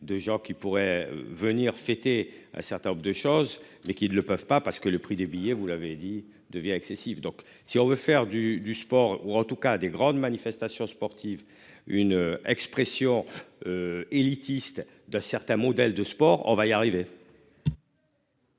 de gens qui pourraient venir fêter un certain nombre de choses mais qu'ils ne le peuvent pas parce que le prix des billets, vous l'avez dit devient. Donc si on veut faire du, du sport ou en tout cas des grandes manifestations sportives, une expression. Élitiste de certains modèles de sport, on va y arriver.